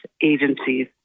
agencies